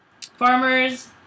Farmers